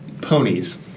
ponies